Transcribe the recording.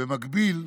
במקביל,